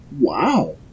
Wow